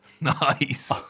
Nice